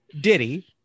Diddy